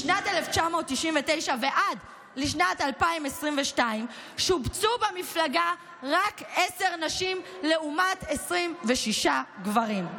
משנת 1999 ועד לשנת 2022 שובצו במפלגה רק עשר נשים לעומת 26 גברים,